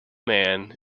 man